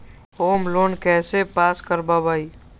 Home loan कैसे pass कर बाबई?